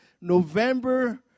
November